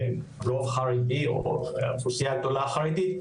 לא חרדי או אוכלוסייה גדולה חרדית,